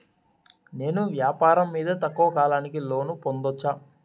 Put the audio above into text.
నేను వ్యాపారం మీద తక్కువ కాలానికి లోను పొందొచ్చా?